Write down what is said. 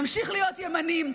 נמשיך להיות ימנים,